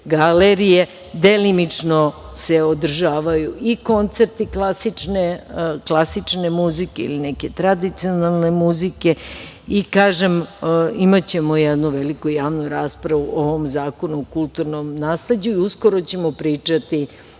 galerije, delimično se održavaju i koncerti klasične muzike ili neke tradicionalne muzike. Kažem, imaćemo jednu veliku javnu raspravu o ovom zakonu o kulturom nasleđu i uskoro ćemo pričati